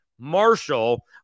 Marshall